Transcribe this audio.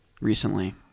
recently